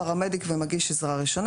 פרמדיק ומגיש עזרה ראשונה.